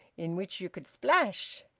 in which you could splash!